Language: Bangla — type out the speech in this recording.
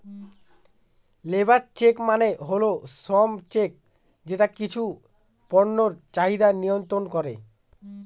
লেবার চেক মানে হল শ্রম চেক যেটা কিছু পণ্যের চাহিদা মিয়ন্ত্রন করে